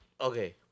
Okay